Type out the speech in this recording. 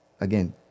again